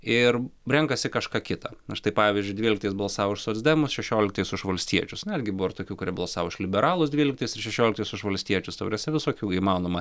ir renkasi kažką kita na štai pavyzdžiui dvyliktais balsavo už socdemus šešioliktais už valstiečius ne irgi buvo ir tokių kurie balsavo už liberalus dvyliktais ir šešioliktais už valstiečius ta prasme visokių įmanoma